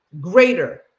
greater